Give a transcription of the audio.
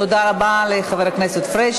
תודה רבה לחבר הכנסת פריג',